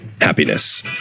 happiness